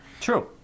true